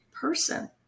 person